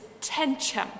tension